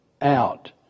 out